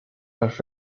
los